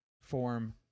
form